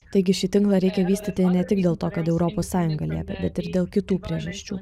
taigi šį tinklą reikia vystyti ne tik dėl to kad europos sąjunga liepia bet ir dėl kitų priežasčių